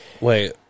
Wait